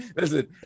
Listen